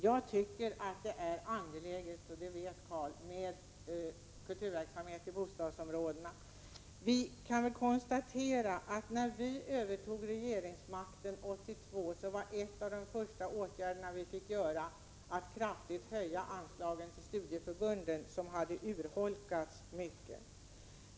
Jag tycker att det är angeläget — och det vet Karl Boo — med kulturverksamhet i bostadsområdena. Vi kan konstatera att när vi övertog regeringsmakten 1982 var en av de första åtgärderna vi fick vidta att kraftigt höja bidragen till studieförbunden, som hade urholkats mycket.